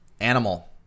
animal